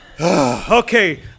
okay